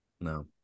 No